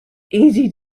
easy